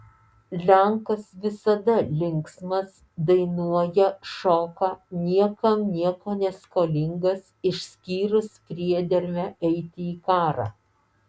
lenkas visada linksmas dainuoja šoka niekam nieko neskolingas išskyrus priedermę eiti į karą